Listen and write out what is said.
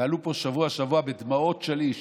ועלו פה שבוע-שבוע בדמעות שליש